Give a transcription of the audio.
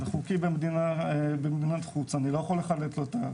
חוקי במדינת חוץ, אני לא יכול לחלט לו את הכסף.